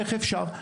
איך אפשר?